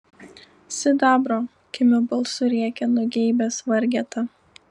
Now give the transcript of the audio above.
sidabro kimiu balsu rėkia nugeibęs vargeta